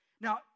Now